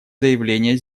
заявление